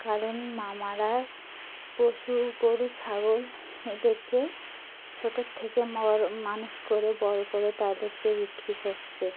কারণ মামারা পশু গরু ছাগল এদেরকে ছোটোর থেকে বড় মানুষ করে বড়ো করে তাদেরকে বিক্রি করছে